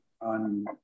on